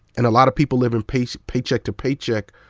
and a lot of people living paycheck paycheck to paycheck,